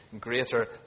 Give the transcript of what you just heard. greater